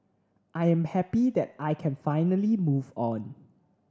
I am happy that I can finally move on